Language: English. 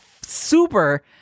super